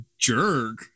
Jerk